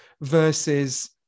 versus